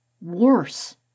Worse